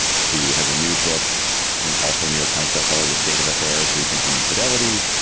she has a new book and also new york times bestseller, the state of affairs rethinking infidelity.